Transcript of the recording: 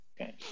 Okay